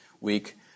week